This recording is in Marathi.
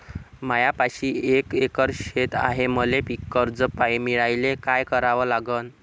मायापाशी एक एकर शेत हाये, मले पीककर्ज मिळायले काय करावं लागन?